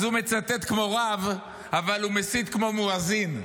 אז הוא מצטט כמו רב אבל הוא מסית כמו מואזין,